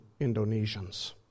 Indonesians